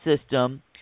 system